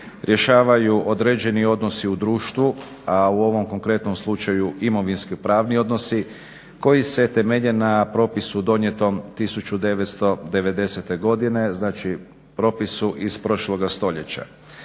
rješavaju određeni odnosi u društvu, a u ovom konkretnom slučaju imovinsko-pravni odnosi koji se temelje na propisu donijetom 1990. godine, znači propisu iz prošloga stoljeća.